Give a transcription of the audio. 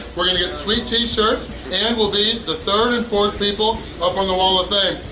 we're going to get sweet t-shirts and we'll be the third and fourth people up on the wall of fame.